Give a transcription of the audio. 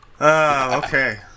okay